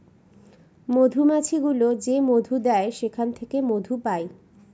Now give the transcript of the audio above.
মধুমাছি গুলো যে মধু দেয় সেখান থেকে মধু পায়